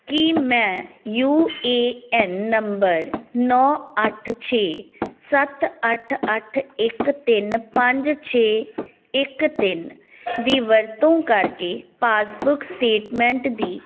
ਕੀ ਮੈਂ U A N number ਨੌਂ ਅੱਠ ਛੇ ਸੱਤ ਅੱਠ ਅੱਠ ਇੱਕ ਤਿੰਨ ਪੰਜ ਛੇ ਇੱਕ ਤਿੰਨ ਦੀ ਵਰਤੋਂ ਕਰਕੇ ਪਾਸਬੁੱਕ ਸਟੇਟਮੈਂਟ ਦੀ